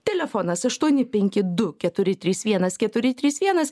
telefonas aštuoni penki du keturi trys vienas keturi trys vienas